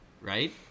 Right